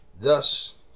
Thus